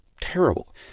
terrible